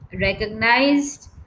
recognized